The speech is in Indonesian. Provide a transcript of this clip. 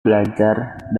belajar